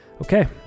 Okay